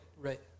Right